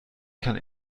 kann